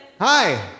Hi